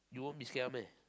you won't be scared one meh